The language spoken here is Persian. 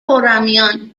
خرمیان